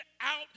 out